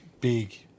big